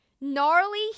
Gnarly